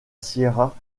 sierra